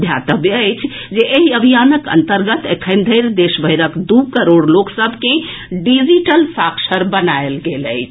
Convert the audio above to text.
ध्यातव्य अछि जे एहि अभियानक अन्तर्गत एखन धरि देशभरिक द् करोड़ लोक सभ के डिजिटल साक्षर बनाएल गेल अछि